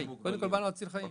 קודם כול, באנו להציל חיים.